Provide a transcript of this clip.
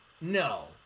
no